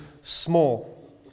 small